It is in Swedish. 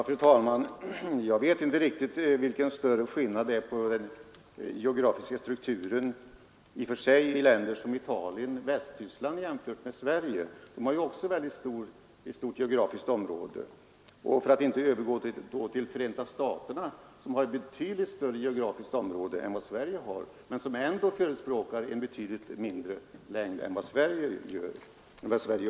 Fru talman! Jag vet inte riktigt vilken större skillnad det i och för sig är mellan den geografiska strukturen i Sverige och i sådana länder som Italien och Västtyskland — de utgör ju också stora geografiska områden, för att inte tala om Förenta staterna, som har ett betydligt större geografiskt område än Sverige, men där man ändå förespråkar betydligt kortare fordon än vad vi har här.